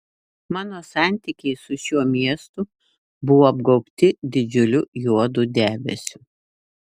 mano santykiai su šiuo miestu buvo apgaubti didžiuliu juodu debesiu